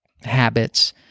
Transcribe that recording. Habits